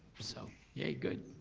so yay good.